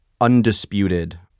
undisputed